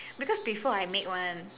because before I make [one]